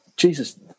Jesus